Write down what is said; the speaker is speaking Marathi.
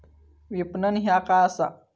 विपणन ह्या काय असा?